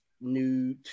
new